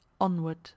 onward